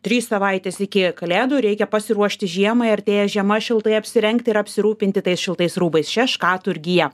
trys savaitės iki kalėdų reikia pasiruošti žiemai artėja žiema šiltai apsirengti ir apsirūpinti tais šiltais rūbais šeškaturgyje